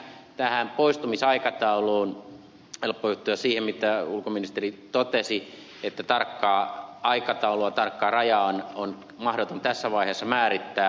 helppo yhtyä siihen mitä ulkoministeri totesi että tarkkaa aikataulua tarkkaa rajaa on mahdoton tässä vaiheessa määrittää